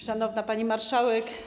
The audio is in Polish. Szanowna Pani Marszałek!